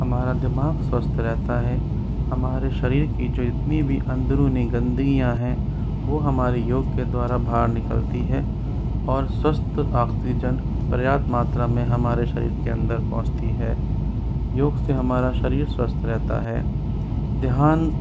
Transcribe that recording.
हमारा दिमाग स्वस्थ रहता है हमारे शरीर की जितनी भी अंदरुनी गंदगियाँ हैं वो हमारी योग के द्वारा भार निकलती है और स्वस्थ ऑक्सीजन पर्याप्त मात्रा में हमारे शरीर के अंदर पहुँचती है योग से हमारा शरीर स्वस्थ रहता है ध्यान